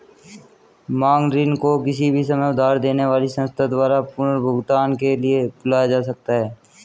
मांग ऋण को किसी भी समय उधार देने वाली संस्था द्वारा पुनर्भुगतान के लिए बुलाया जा सकता है